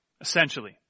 essentially